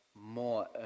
more